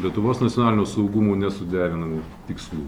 lietuvos nacionaliniu saugumu nesuderinamų tikslų